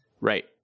Right